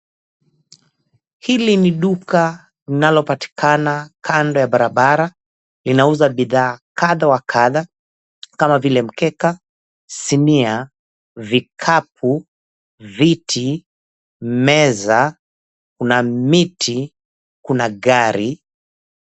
Hili ni duka linalopatikana kando ya barabara, linauza bidhaa kadha wa kadha kama vile mkeka, sinia, vikapu, viti, meza, kuna miti, kuna gari